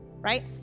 right